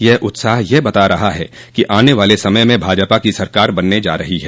यह उत्साह यह बता रहा है कि आने वाले समय में भाजपा की सरकार बनने जा रही है